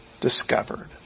discovered